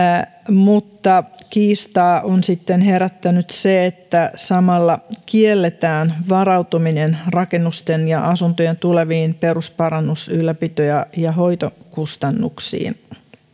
mutta kiistaa on sitten herättänyt se että samalla kielletään varautuminen rakennusten ja asuntojen tuleviin perusparannus ylläpito ja ja hoitokustannuksiin